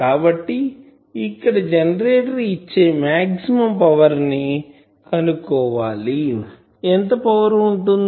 కాబట్టి ఇక్కడ జెనరేటర్ ఇచ్చే మాక్సిమం పవర్ ని కనుక్కోవాలి ఎంత పవర్ ఉంటుంది